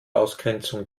ausgrenzung